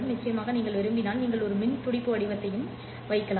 நிச்சயமாக நீங்கள் விரும்பினால் நீங்கள் ஒரு மின் துடிப்பு வடிவத்தையும் வைக்கலாம்